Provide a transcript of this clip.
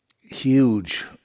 huge